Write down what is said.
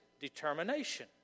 determination